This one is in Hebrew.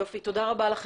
תודה רבה לכם.